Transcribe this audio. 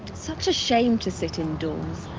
such a shame to sit indoors.